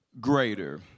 greater